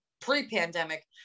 pre-pandemic